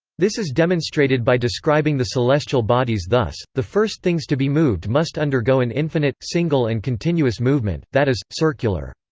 this is demonstrated by describing the celestial bodies thus the first things to be moved must undergo an infinite, single and continuous movement, that is, circular.